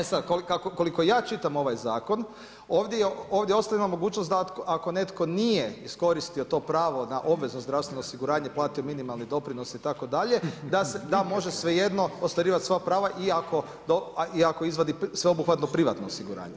E sad, koliko ja čitam ovaj zakon ovdje ostaje mogućnost da ako netko nije iskoristio to pravo na obvezno zdravstveno osiguranje, platio minimalne doprinose itd. da može svejedno ostvarivati svoja prava i ako izvadi sveobuhvatno privatno osiguranje.